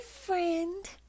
friend